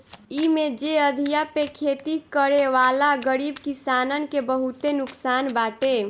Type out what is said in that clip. इमे जे अधिया पे खेती करेवाला गरीब किसानन के बहुते नुकसान बाटे